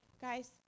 guys